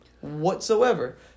whatsoever